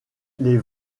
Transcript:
les